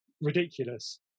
ridiculous